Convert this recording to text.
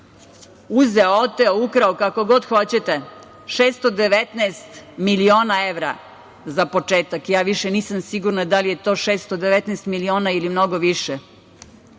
uzeo, oteo, ukrao, kako god hoćete, 619 miliona evra, za početak. Ja više nisam sigurna da li je to 619 miliona ili mnogo više.